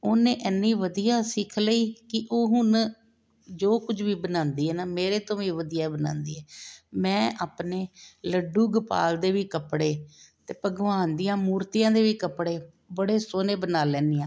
ਓਨੇ ਐਨੀ ਵਧੀਆ ਸਿੱਖ ਲਈ ਕੀ ਉਹ ਹੁਣ ਜੋ ਕੁਝ ਵੀ ਬਣਾਂਦੀ ਐ ਨਾ ਮੇਰੇ ਤੋਂ ਵੀ ਵਧੀਆ ਬਣਾਂਦੀ ਐ ਮੈਂ ਆਪਣੇ ਲੱਡੂ ਗੋਪਾਲ ਦੇ ਵੀ ਕੱਪੜੇ ਤੇ ਭਗਵਾਨ ਦੀਆਂ ਮੂਰਤੀਆਂ ਦੇ ਵੀ ਕੱਪੜੇ ਬੜੇ ਸੋਹਣੇ ਬਣਾ ਲੈਨੀ ਆਂ